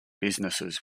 businesses